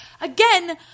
Again